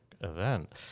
event